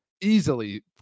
easily